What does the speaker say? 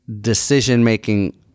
decision-making